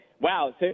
Wow